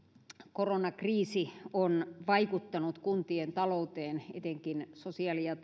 koronakriisi on vaikuttanut kuntien talouteen etenkin sosiaali ja